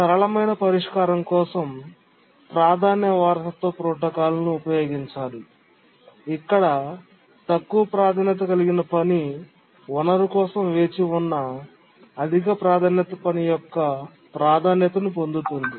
సరళమైన పరిష్కారం కోసం ప్రాధాన్యత వారసత్వ ప్రోటోకాల్ ను ఉపయోగించాలి ఇక్కడ తక్కువ ప్రాధాన్యత కలిగిన పని వనరు కోసం వేచి ఉన్న అధిక ప్రాధాన్యత పని యొక్క ప్రాధాన్యతను పొందుతుంది